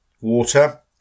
water